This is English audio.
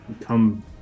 come